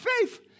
faith